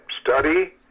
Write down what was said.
Study